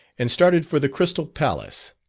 and started for the crystal palace.